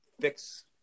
fix